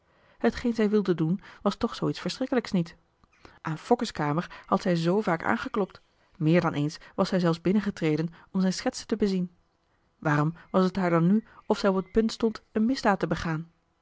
hetgeen zij wilde doen was toch zoo iets verschrikkelijks niet aan fokke's kamer had zij zoo vaak aangeklopt meer dan eens was zij zelfs binnengetreden om zijn schetsen te bezien waarom was t haar dan nu of zij op het punt stond marcellus emants een drietal novellen een misdaad te begaan